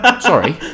Sorry